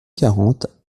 quarante